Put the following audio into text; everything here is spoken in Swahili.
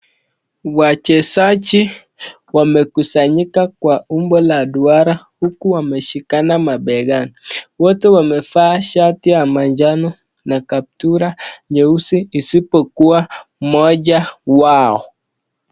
Wachezaji wamekusanyika kwa umbo la duara huku wameshikana mabegani huku wamevaa shati ya manjano na kaptura nyeusi isipokuwa mmoja wao.